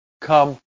Come